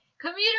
Commuter